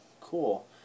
Cool